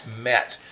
met